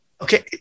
Okay